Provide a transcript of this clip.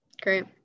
Great